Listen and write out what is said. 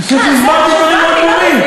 מה, זה, אני חושב שהסברתי, דברים מאוד ברורים.